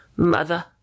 Mother